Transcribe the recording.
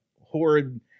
horrid